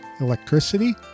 electricity